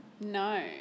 No